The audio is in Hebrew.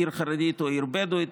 עיר חרדית או עיר בדואית,